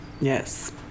Yes